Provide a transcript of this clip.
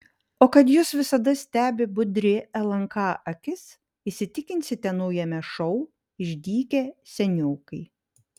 o kad jus visada stebi budri lnk akis įsitikinsite naujame šou išdykę seniokai